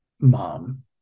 mom